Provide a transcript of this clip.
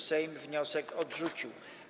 Sejm wniosek odrzucił.